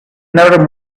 never